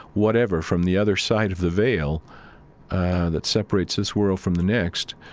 whatever, from the other side of the veil that separates this world from the next,